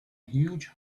huge